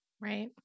right